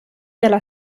della